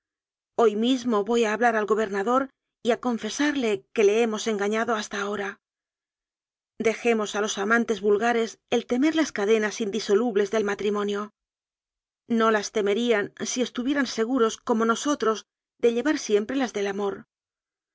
hoy mismo voy a hablar al gobernador y a confesarle que le hemos engañado hasta ahora dejemos a los amantes vulgares el temer las cadenas indiso lubles del matrimonio no las temerían si estuvie ran seguros como nosotros de llevar siempre las del amor